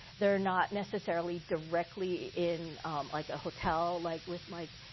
they're not necessarily directly in like a hotel, like with mike,